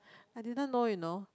I didn't know you know